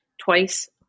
twice